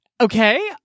Okay